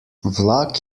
vlak